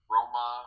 Roma